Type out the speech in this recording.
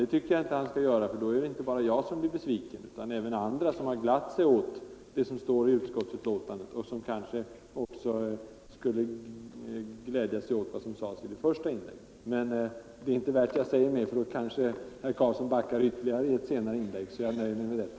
Det tycker jag inte att han skall göra, för då är det inte bara jag som blir besviken utan även andra, som har glatt sig åt det som står i utskottets betänkande och som gläder sig åt vad herr Karlsson sade i sitt första inlägg. Det är inte värt att jag säger mer, då kanske herr Karlsson backar ytterligare i ett senare inlägg. Jag nöjer mig med detta.